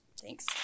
Thanks